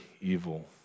evil